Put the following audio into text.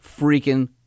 freaking